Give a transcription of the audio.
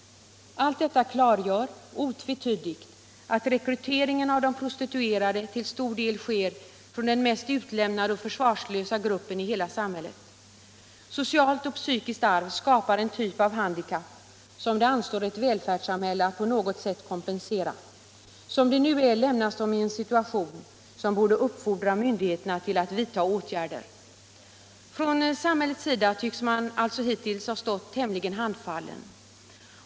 Allt detta klargör otvetydigt att rekryteringen av de prostitucrade till stor del sker från den mest utlämnade och försvarslösa gruppen i hela samhället. Socialt och psykiskt arv skapar en typ av handikapp, som det anstår ett välfärdssamhälle att på något sätt kompensera. Som det nu är lämnas de prostituerade i en situation som borde uppfordra myndigheterna till att vidta åtgärder. Från samhällets sida tycks man alltså hituills ha stått tämligen handfallen.